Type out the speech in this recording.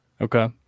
Okay